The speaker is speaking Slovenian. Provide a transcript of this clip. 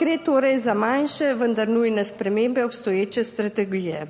Gre torej za manjše, vendar nujne spremembe obstoječe strategije.